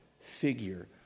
figure